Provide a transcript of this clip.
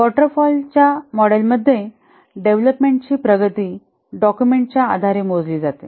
water fall च्या मॉडेलमध्ये डेव्हलपमेंटची प्रगती डॉक्युमेंटच्या आधारे मोजली जाते